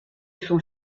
son